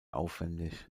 aufwändig